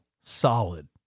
solid